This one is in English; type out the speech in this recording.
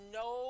no